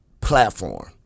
platform